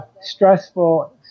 stressful